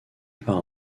par